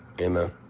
Amen